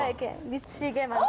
like and get sicker.